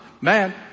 man